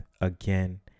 again